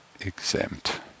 exempt